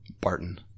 Barton